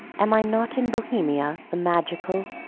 am i not in bohemia the magical,